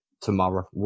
tomorrow